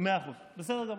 מאה אחוז, בסדר גמור.